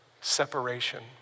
separation